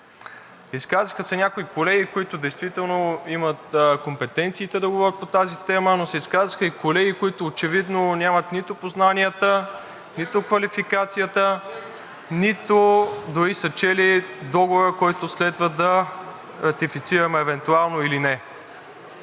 Изказаха се някои колеги, които действително имат компетенциите да говорят по тази тема, но се изказаха и колеги, които очевидно нямат нито познанията, нито квалификацията, нито дори са чели договора, който следва да ратифицираме евентуално или не.